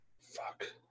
Fuck